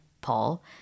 Paul